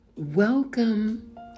Welcome